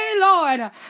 Lord